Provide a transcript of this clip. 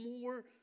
more